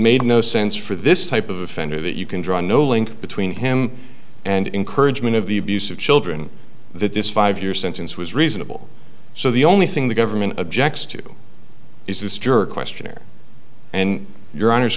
made no sense for this type of offender that you can draw no link between him and encouragement of the abuse of children that this five year sentence was reasonable so the only thing the government objects to is this jerk questionnaire and your hono